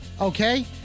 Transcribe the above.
okay